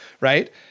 Right